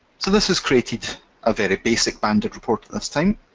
so this has created a very basic banded report this time.